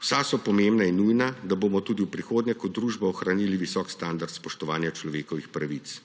Vsa so pomembna in nujna, da bomo tudi v prihodnje kot družba ohranili visok standard spoštovanja človekovih pravic.